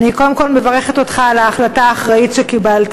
אני קודם כול מברכת אותך על ההחלטה האחראית שקיבלת.